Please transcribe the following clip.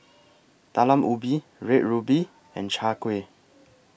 Talam Ubi Red Ruby and Chai Kuih